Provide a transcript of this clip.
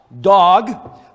dog